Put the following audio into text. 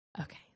Okay